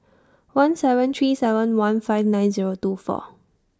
one seven three seven one five nine Zero two four